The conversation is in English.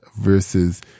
versus